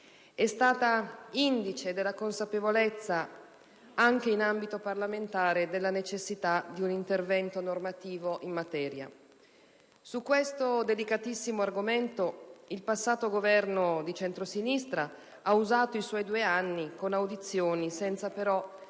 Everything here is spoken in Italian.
è stata indice della consapevolezza, anche in ambito parlamentare, della necessità di un intervento normativo in materia. Su questo delicatissimo argomento il passato Governo di centrosinistra ha usato i suoi due anni per svolgere audizioni senza però